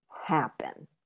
happen